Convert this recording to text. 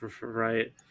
Right